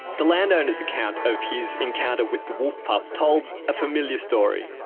the landowner's account of his encounter with the wolf pup told a familiar story,